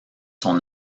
son